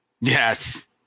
Yes